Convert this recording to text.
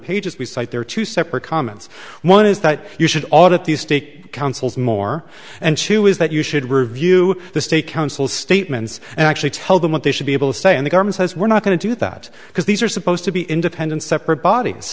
are two separate comments one is that you should audit the state council's more and chew is that you should review the state council statements and actually tell them what they should be able to stay in the government says we're not going to do that because these are supposed to be independent separate bodies